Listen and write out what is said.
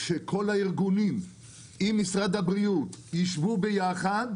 שכל הארגונים עם משרד הבריאות יישבו ביחד